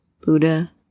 Buddha